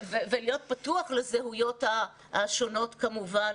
ולהיות פתוח לזהויות השונות כמובן.